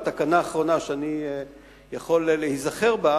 התקנה האחרונה שאני יכול להיזכר בה